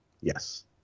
Yes